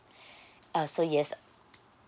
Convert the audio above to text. uh so yes